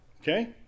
Okay